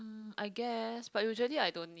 I guess but usually I don't